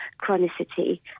chronicity